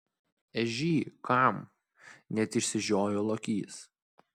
ežy kam net išsižiojo lokys